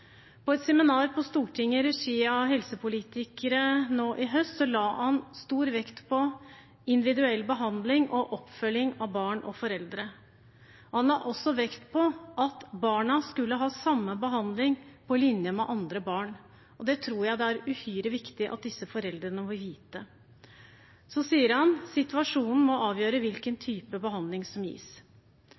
På et seminar på Stortinget i regi av helsepolitikere nå i høst la han stor vekt på individuell behandling og oppfølging av barn og foreldre. Han la også vekt på at barna skulle ha samme behandling som andre barn. Det tror jeg det er uhyre viktig at disse foreldrene får vite. Situasjonen må avgjøre hvilken type behandling som gis.